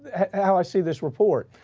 how i see this report.